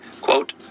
quote